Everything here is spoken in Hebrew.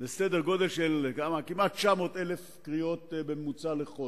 זה סדר-גודל של כמעט 900,000 קריאות בממוצע בחודש.